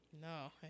No